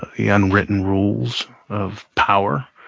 the unwritten rules of power.